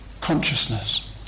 consciousness